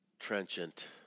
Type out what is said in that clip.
trenchant